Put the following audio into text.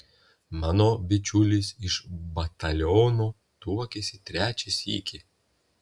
mano bičiulis iš bataliono tuokėsi trečią sykį